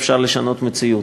אפשר לשנות מציאות.